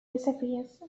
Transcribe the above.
disappears